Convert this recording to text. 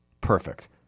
perfect